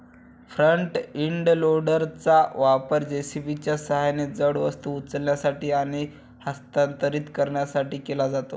front end लोडरचा वापर जे.सी.बीच्या सहाय्याने जड वस्तू उचलण्यासाठी आणि हस्तांतरित करण्यासाठी केला जातो